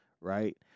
right